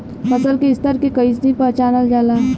फसल के स्तर के कइसी पहचानल जाला